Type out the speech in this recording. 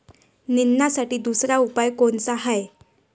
निंदनासाठी दुसरा उपाव कोनचा हाये?